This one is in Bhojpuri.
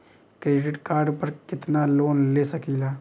क्रेडिट कार्ड पर कितनालोन ले सकीला?